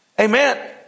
Amen